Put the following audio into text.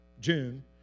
June